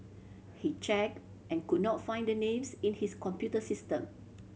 he check and could not find the names in his computer system